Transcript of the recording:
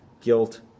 guilt